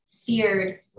feared